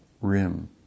rim